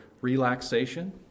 relaxation